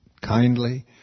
kindly